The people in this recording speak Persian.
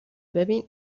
ببین